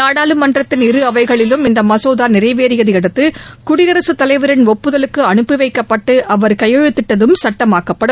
நாடாளுமன்றத்தின் இரு அவைகளிலும் இந்த மசோதா நிறைவேறியதை அடுத்து குடியரசுத் தலைவரின் ஒப்புதலுக்கு அனுப்பி வைக்கப்பட்டு அவர் கையெழுத்திட்டதும் சட்டமாக்கப்படும்